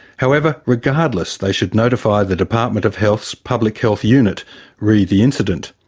however, regardless, they should notify the department of health's public health unit re the incident.